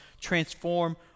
transform